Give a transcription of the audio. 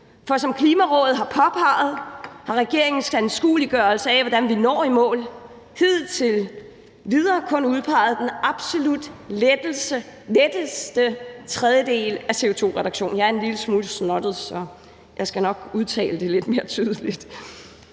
For som Klimarådet har påpeget, har regeringens anskueliggørelse af, hvordan vi når i mål, hidtil kun udpeget den absolut letteste tredjedel af CO2-reduktionen – jeg er en lille smule snottet, så jeg skal nok udtale det lidt mere tydeligt.